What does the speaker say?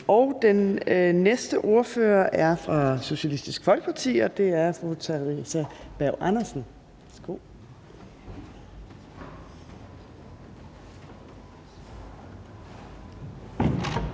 Den næste ordfører er fra Socialistisk Folkeparti, og det er fru Theresa Berg Andersen.